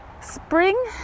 spring